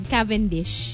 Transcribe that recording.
Cavendish